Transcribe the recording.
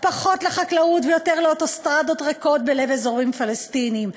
פחות לחקלאות ויותר לאוטוסטרדות ריקות בלב אזורים פלסטיניים.